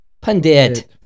Pundit